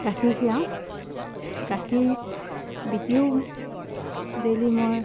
গাখীৰ খীৰাওঁ গাখীৰ বিকিও ডেইলি মই